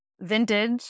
vintage